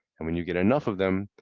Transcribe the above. and when you get enough of them,